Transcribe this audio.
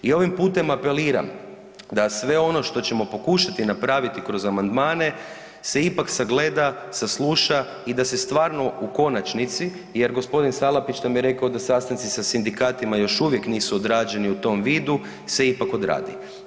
I ovim putem apeliram da sve ono što ćemo pokušati napraviti kroz amandmane se ipak sagleda, sasluša i da se stvarno u konačnici, jer gospodin Salapić nam je rekao da sastanci sa sindikatima još uvijek nisu odrađeni u tom vidu se ipak odradi.